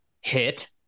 hit